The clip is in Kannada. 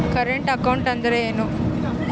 ಕರೆಂಟ್ ಅಕೌಂಟ್ ಅಂದರೇನು?